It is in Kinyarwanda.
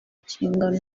nshingano